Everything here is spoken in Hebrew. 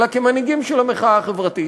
אלא כמנהיגים של המחאה החברתית.